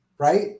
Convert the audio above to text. Right